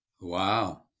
Wow